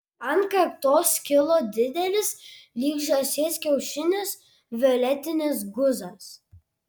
ant kaktos kilo didelis lyg žąsies kiaušinis violetinis guzas